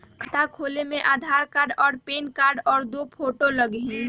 खाता खोले में आधार कार्ड और पेन कार्ड और दो फोटो लगहई?